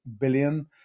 billion